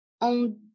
on